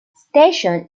station